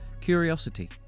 curiosity